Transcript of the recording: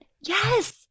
Yes